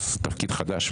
תפקיד חדש,